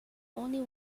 only